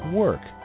work